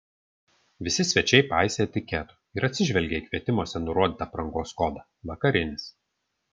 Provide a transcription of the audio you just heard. visi svečiai paisė etiketo ir atsižvelgė į kvietimuose nurodytą aprangos kodą vakarinis